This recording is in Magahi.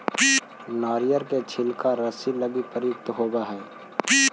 नरियर के छिलका रस्सि लगी प्रयुक्त होवऽ हई